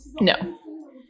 no